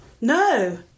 No